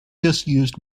disused